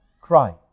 cry